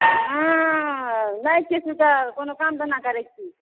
हँ नहि किछु तऽ कोनो काम धन्धा करै छी